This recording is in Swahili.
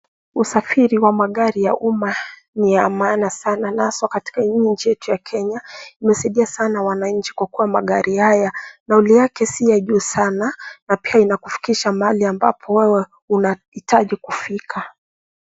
Usafiri wa magari ya umma ni ya maana sana katika nchi yetu ya Kenya. Imesaidia sana wananchi kwa magari haya. Nauli yake si ya juu sana na pia inakufikisha mahali ambapo wewe unahitaji kufika.